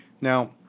Now